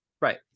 right